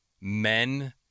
men